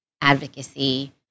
advocacy